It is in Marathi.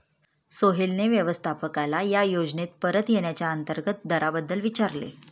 सोहेलने व्यवस्थापकाला या योजनेत परत येण्याच्या अंतर्गत दराबद्दल विचारले